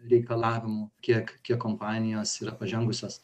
reikalavimų kiek kiek kompanijos yra pažengusios